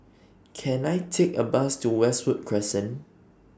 Can I Take A Bus to Westwood Crescent